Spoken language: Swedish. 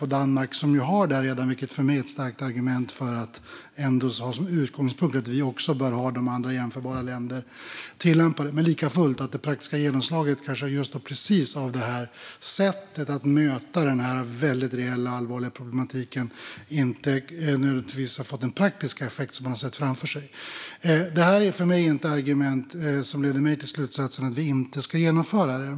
Att andra jämförbara länder tillämpar det är för mig ett starkt argument för att ha som utgångspunkt att vi också bör göra det. Men likafullt har det praktiska genomslaget av kanske precis det här sättet att möta denna väldigt reella och allvarliga problematik inte nödvändigtvis fått den praktiska effekt som man sett framför sig. Det är för mig inte argument som leder till slutsatsen att vi inte ska genomföra det.